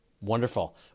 Wonderful